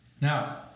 now